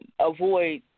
avoid